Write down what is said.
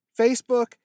Facebook